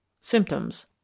Symptoms